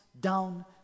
down